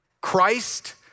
Christ